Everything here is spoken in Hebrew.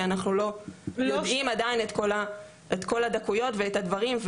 כי אנחנו לא יודעים עדיין את כל הדקויות ואת הדברים,